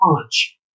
punch